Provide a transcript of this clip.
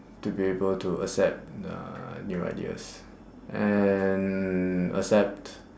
to be able to accept uh new ideas and accept